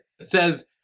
says